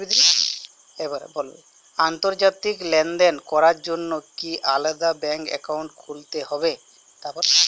আন্তর্জাতিক লেনদেন করার জন্য কি আলাদা ব্যাংক অ্যাকাউন্ট খুলতে হবে?